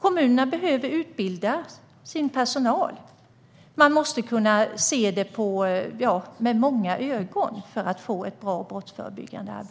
Kommunerna behöver utbilda sin personal. De måste se på det brottsförebyggande arbetet med många ögon för att det ska bli bra.